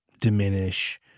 diminish